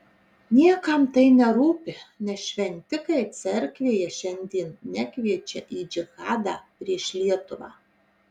niekam tai nerūpi nes šventikai cerkvėje šiandien nekviečia į džihadą prieš lietuvą